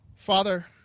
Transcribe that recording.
Father